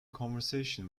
conversation